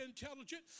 intelligent